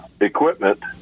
equipment